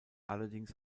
allerdings